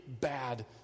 bad